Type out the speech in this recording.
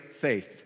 faith